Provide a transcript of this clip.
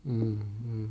mm